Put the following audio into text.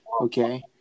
okay